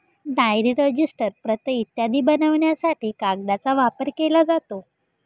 diary, register, प्रत इत्यादी बनवण्यासाठी कागदाचा वापर केला जातो